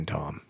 Tom